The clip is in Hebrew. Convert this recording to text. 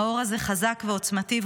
האור הזה חזק ועוצמתי,